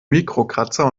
mikrokratzer